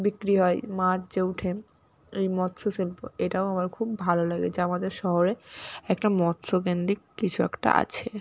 বিক্রি হয় মাছ যে উঠে এই মৎস শিল্প এটাও আমার খুব ভালো লাগে যে আমাদের শহরে একটা মৎসকেন্দ্রিক কিছু একটা আছে